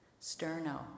Sterno